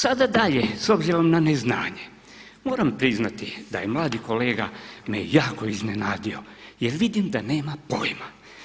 Sada dalje s obzirom na neznanje, moram priznati da je mladi kolega me jako iznenadio jer vidim da nema pojma.